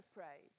pray